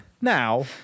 Now